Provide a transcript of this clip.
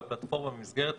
פלטפורמה ומסגרת.